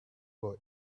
boy